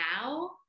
now